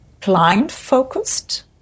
client-focused